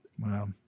Wow